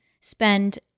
spend